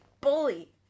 Bully